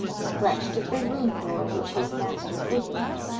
scratched at the room-door, which his master opened.